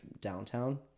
downtown